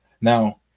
Now